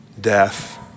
death